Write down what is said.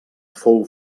fou